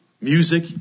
music